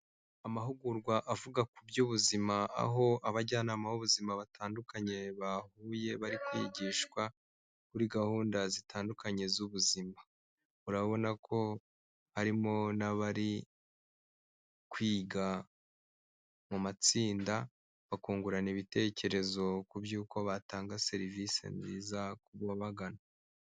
Amahugurwa avuga ku by'ubuzima aho abajyanama b'ubuzima batandukanye bahuye bari kwigishwa kuri gahunda zitandukanye z'ubuzima murabona ko harimo n'abari kwiga mu matsinda bakungurana ibitekerezo ku by'uko batanga serivisi nziza ku babagana.